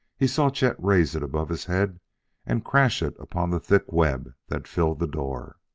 he saw chet raise it above his head and crash it upon the thick web that filled the door.